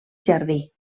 jardí